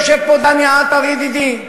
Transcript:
יושב פה דני עטר ידידי,